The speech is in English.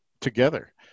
together